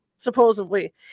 supposedly